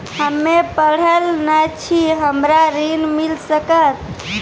हम्मे पढ़ल न छी हमरा ऋण मिल सकत?